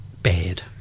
Bad